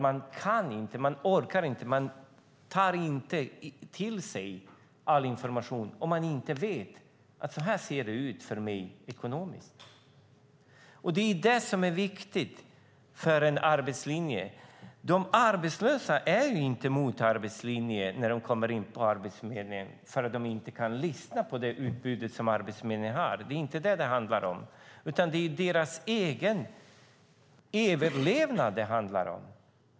Man kan inte, man orkar inte och man tar inte till sig all information om man inte vet hur det ser ut för en själv ekonomiskt. Det är detta som är viktigt för en arbetslinje. De arbetslösa är inte mot arbetslinjen när de kommer in på Arbetsförmedlingen bara för att de inte kan lyssna på det utbud som Arbetsförmedlingen har. Det är inte detta det handlar om, utan det är deras egen överlevnad det handlar om.